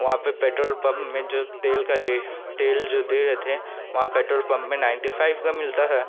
वहाँ पर petrol pump में जो तेल का ले तेल जो दे रहे थे वहाँ पेट्रोल पम्प में नाइनटी फाइव का मिलता था